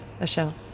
Michelle